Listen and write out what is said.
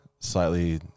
Slightly